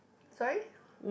sorry